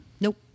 Nope